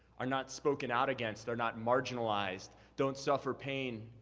are not spoken out against, are not marginalized, don't suffer pain,